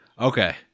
Okay